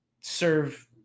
serve